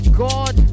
god